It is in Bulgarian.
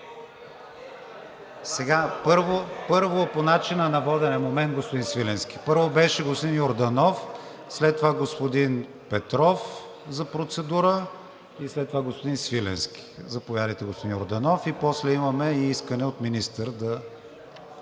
Първо по начина на водене. Момент, господин Свиленски. Първо беше господин Йорданов, след това господин Петров за процедура и след това господин Свиленски. Заповядайте, господин Йорданов. После имаме и искане от министър да